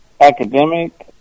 academic